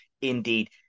indeed